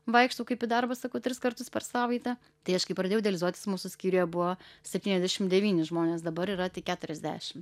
vaikštau kaip į darbą sakau tris kartus per savaitę tai aš kai pradėjau dializuotis mūsų skyriuje buvo septyniasdešim devyni žmonės dabar yra tik keturiasdešim